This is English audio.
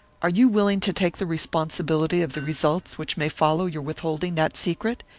are you willing to take the responsibility of the results which may follow your withholding that secret,